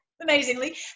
amazingly